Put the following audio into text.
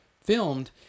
filmed